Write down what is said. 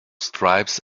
stripes